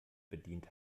bedient